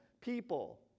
people